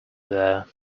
there